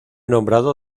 nombrado